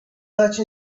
such